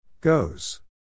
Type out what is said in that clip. Goes